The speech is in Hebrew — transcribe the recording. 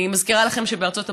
אני מזכירה לכם שבארצות הברית,